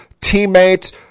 teammates